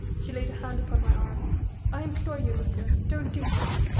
she laid a hand upon my arm i implore you, monsieur, don't do this!